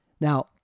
Now